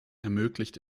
ermöglicht